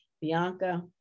Bianca